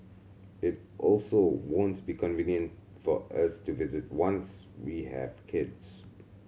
it also won't be convenient for us to visit once we have kids